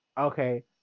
okay